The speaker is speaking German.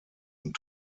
und